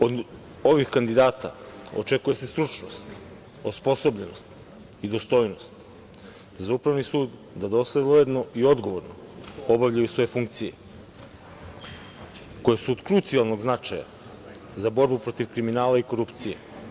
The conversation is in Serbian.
Od ovih kandidata očekuje se stručnost, osposobljenost i dostojnost, za Upravni sud da dosledno i odgovorno obavljaju svoje funkcije koje su od krucijalnog značaja za borbu protiv kriminala i korupcije.